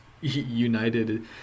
united